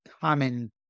common